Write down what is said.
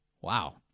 Wow